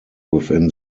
within